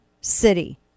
city